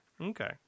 okay